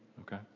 Okay